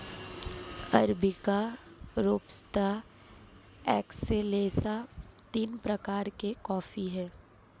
arabica robusta excelsa तीन प्रकार के कॉफी हैं